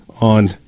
on